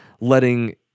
letting